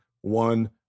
one